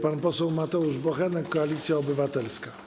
Pan poseł Mateusz Bochenek, Koalicja Obywatelska.